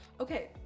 Okay